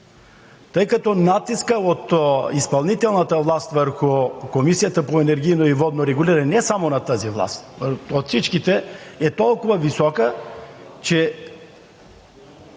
Тъй като натискът от изпълнителната власт върху Комисията за енергийно и водно регулиране, не само от тази власт, а от всичките, е толкова висока, че